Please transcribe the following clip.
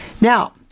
Now